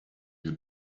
you